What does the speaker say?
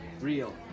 Real